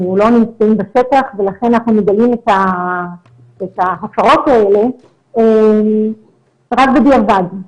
אנחנו לא נמצאים בשטח ולכן אנחנו מגלים את ההפרות האלה רק בדיעבד.